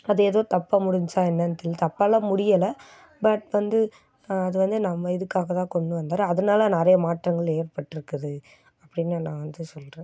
அது ஏதோ தப்பாக முடிஞ்ச்சால் என்னென் தெரில தப்பாலாம் முடியலை பட் வந்து அது வந்து நம்ம இதுக்காக தான் கொண்டு வந்தாரு அதனால் நிறைய மாற்றங்கள் ஏற்பட்டுருக்குது அப்படின்னு நான் வந்து சொல்கிறேன்